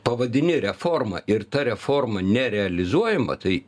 pavadini reforma ir ta reforma nerealizuojama tai